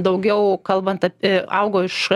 daugiau kalbant apie augo iš